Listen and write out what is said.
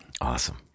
Awesome